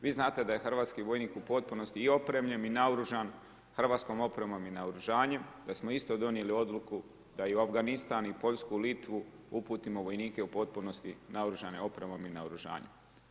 Vi znate da je hrvatski vojnik u potpunosti i opremljen i naoružan hrvatskom opremom i naoružanjem i da smo isto donijeli odluku da u Afganistan i u Poljsku, Litvu uputimo vojnike u potpunosti naoružani opremom i naoružanjem.